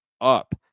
up